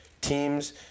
teams